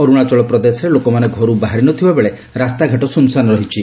ଅରୁଣାଚଳ ପ୍ରଦେଶରେ ଲୋକମାନେ ଘରୁ ବାହାରି ନ ଥିବାବେଳେ ରାସ୍ତାଘାଟ ଶ୍ଚନଶାନ ରହିଛି